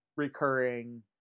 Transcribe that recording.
recurring